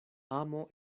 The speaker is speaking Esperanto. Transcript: amo